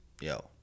yo